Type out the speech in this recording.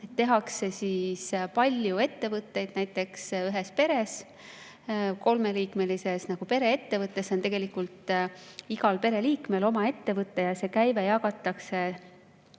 tehakse palju ettevõtteid näiteks ühes peres. Kolmeliikmelises peres on tegelikult igal pereliikmel oma ettevõte ja see käive jagatakse